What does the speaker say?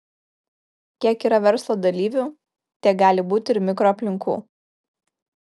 kiek yra verslo dalyvių tiek gali būti ir mikroaplinkų